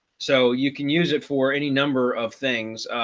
so you can use it for any number of things.